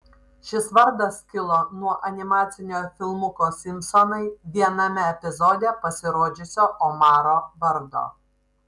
šis vardas kilo nuo animacinio filmuko simpsonai viename epizode pasirodžiusio omaro vardo